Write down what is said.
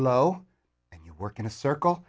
low and you work in a circle